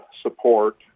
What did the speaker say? support